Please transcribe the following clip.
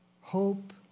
Hope